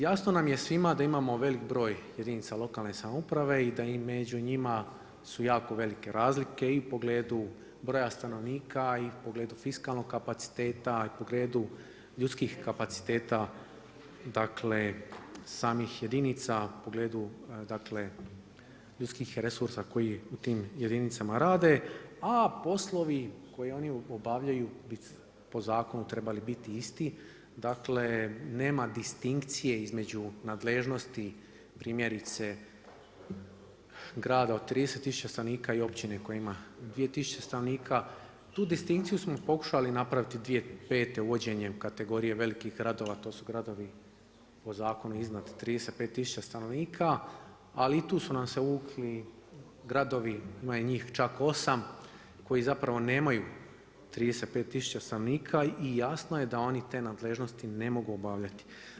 Jasno nam je svima da imamo velik broj jedinica lokalne samouprave i da i među njima su jako velike razlike i u pogledu broja stanovnika i u pogledu fiskalnog kapaciteta i u pogledu ljudskih kapaciteta dakle samih jedinica, u pogledu ljudskih resursa koji u tim jedinicama rade a poslovi koji oni obavljaju po zakonu bi trebali biti isti dakle, nema distinkcije između nadležnosti primjerice grada od 30 tisuće stanovnika i općine koja ima 2 tisuće stanovnika, tu distinkciju smo pokušali napraviti 2005. uvođenje kategorije velikih gradova, to su gradovi po zakonu iznad 35 tisuća stanovnika ali i tu su nam se uvukli gradovi, ima njih čak 8, koji zapravo nemaju 35 tisuća stanovnika i jasno je da oni te nadležnosti ne mogu obavljati.